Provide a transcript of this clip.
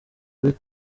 muri